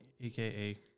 aka